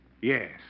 Yes